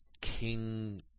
King